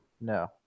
No